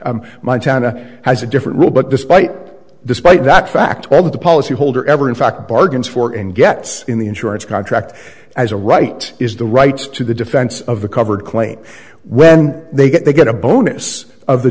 montana has a different rule but despite despite that fact well that the policyholder ever in fact bargains for and gets in the insurance contract as a right is the rights to the defense of the covered claim when they get they get a bonus of the